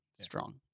Strong